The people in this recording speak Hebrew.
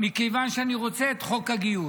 רוצה את חוק הגיוס.